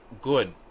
good